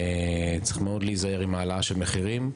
וצריך להיזהר מאוד עם העלאה של מחירים.